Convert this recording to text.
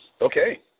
Okay